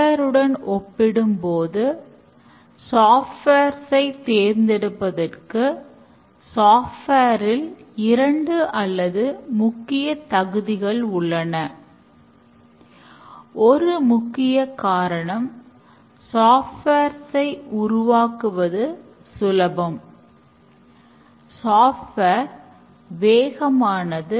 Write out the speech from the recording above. coding ஆனது சோதனை சார்ந்த உருவாக்கம் அதாவது முதலில் சோதனை மாதிரிகள் உருவாக்கபட்டு அதன் பிறகு கோடிங் எழுதப்படுகிறது